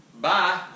Bye